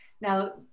Now